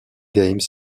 games